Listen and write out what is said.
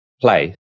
play